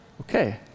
Okay